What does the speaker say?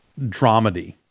dramedy